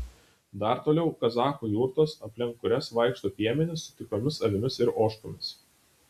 dar toliau kazachų jurtos aplink kurias vaikšto piemenys su tikromis avimis ir ožkomis